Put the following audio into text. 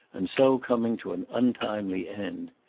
and so coming to an untimely end.